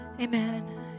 amen